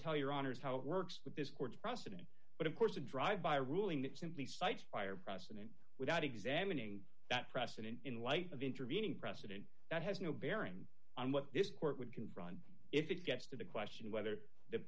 tell your honour's how it works with this court's precedent but of course the drive by ruling that simply cites prior precedent without examining that precedent in light of intervening precedent that has no bearing on what this court would confront if it gets to the question of whether the